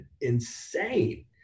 insane